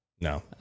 No